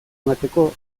emateko